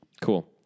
Cool